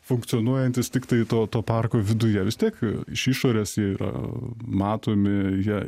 funkcionuojantis tiktai to to parko viduje vis tiek iš išorės jie yra matomi jie